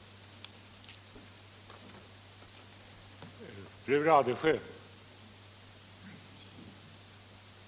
mars och Limma